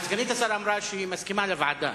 סגנית השר אמרה שהיא מסכימה לוועדה.